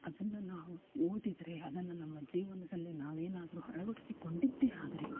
ಅದನ್ನ ನಾವು ಓದಿದರೆ ಅದನ್ನು ನಮ್ಮ ಜೀವನದಲ್ಲಿ ನಾವೇನಾದರು ಅಳವಡಿಸಿಕೊಂಡಿದ್ದೇ ಆದರೆ